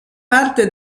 parte